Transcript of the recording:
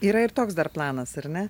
yra ir toks dar planas ar ne